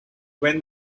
when